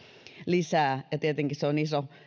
lisää tietenkin se on iso